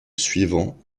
suivant